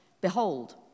behold